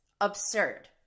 absurd